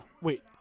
Wait